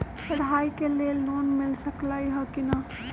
पढाई के लेल लोन मिल सकलई ह की?